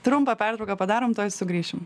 trumpą pertrauką padarom tuoj sugrįšim